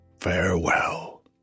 farewell